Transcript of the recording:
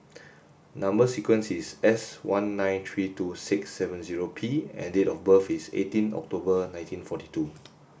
number sequence is S one nine three two six seven zero P and date of birth is eighteen October nineteen forty two